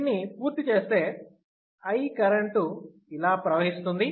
దీన్ని పూర్తి చేస్తే I కరెంటు ఇలా ప్రవహిస్తుంది